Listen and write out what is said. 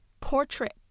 portrait